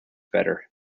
better